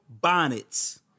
bonnets